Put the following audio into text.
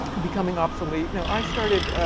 becoming obsolete no, i started